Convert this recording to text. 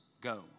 go